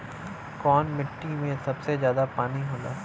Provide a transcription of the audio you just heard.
कौन मिट्टी मे सबसे ज्यादा पानी होला?